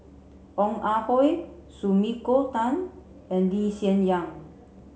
Ong Ah Hoi Sumiko Tan and Lee Hsien Yang